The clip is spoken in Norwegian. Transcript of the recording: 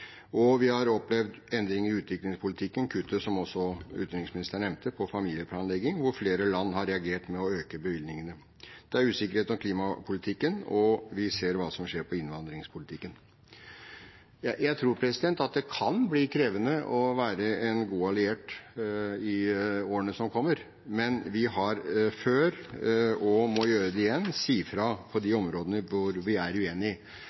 Og vi har opplevd endringer i utviklingspolitikken, kuttet på familieplanlegging, som også utenriksministeren nevnte, hvor flere land har reagert med å øke bevilgningene. Det er usikkerhet om klimapolitikken, og vi ser hva som skjer i innvandringspolitikken. Jeg tror at det kan bli krevende å være en god alliert i årene som kommer, men vi har sagt fra før og må gjøre det igjen – si fra på de områdene hvor vi er